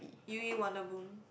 u_e wonder boom